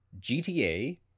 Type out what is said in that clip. GTA